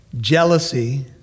jealousy